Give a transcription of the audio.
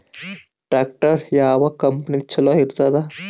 Tractor ಯಾವ ಕಂಪನಿದು ಚಲೋ ಇರತದ?